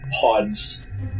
pods